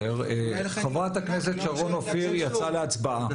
חברת הכנסת שרון אופיר יצאה להצבעה.